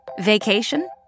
Vacation